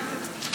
לא.